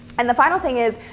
and the final thing is,